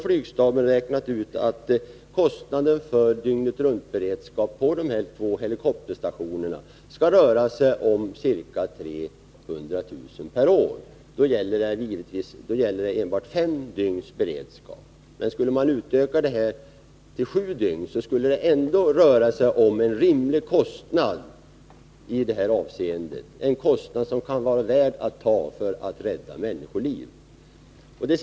Flygstaben har räknat ut att kostnaden för dygnetruntberedskap på dessa-båda helikopterstationer är omkring 300 000 kr. per år. Det gäller då fem dygns beredskap per vecka. Men även om man utökar det till sju dygn rör det sig om en rimlig kostnad, en kostnad som kan vara värd att ta för att rädda människoliv.